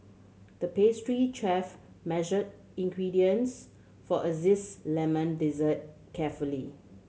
the pastry chef measured ingredients for a lemon dessert carefully